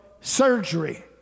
surgery